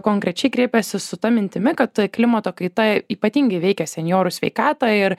konkrečiai kreipėsi su ta mintimi kad klimato kaita ypatingai veikia senjorų sveikatą ir